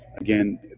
Again